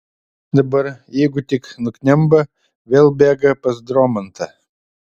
dabar jeigu tik nuknemba vėl bėga pas dromantą